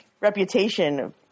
Reputation